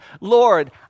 Lord